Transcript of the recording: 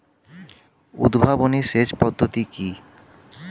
উদ্ভাবনী সেচ পদ্ধতি কি?